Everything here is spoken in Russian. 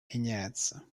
меняется